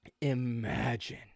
imagine